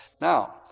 Now